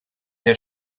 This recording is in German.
der